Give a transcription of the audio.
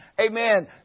amen